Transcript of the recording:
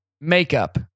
makeup